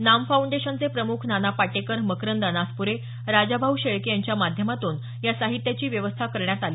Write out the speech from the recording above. नाम फांऊडेशनचे प्रमुख नाना पाटेकर मकरंद अनासप्रे राजाभाऊ शेळके यांच्या माध्यमातून या साहित्याची व्यवस्था करण्यात आली